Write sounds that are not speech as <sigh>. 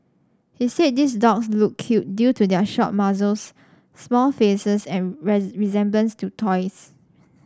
he said these dogs look cute due to their short muzzles small faces and <unintelligible> resemblance to toys